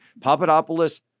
Papadopoulos